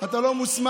אתה לא מוסמך.